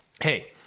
Hey